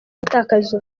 gutakaza